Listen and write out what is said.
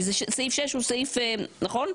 נכון?